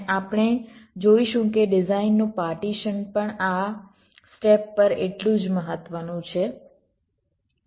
અને આપણે જોઈશું કે ડિઝાઇનનું પાર્ટીશન પણ આ સ્ટેપ પર એટલું જ મહત્વનું છે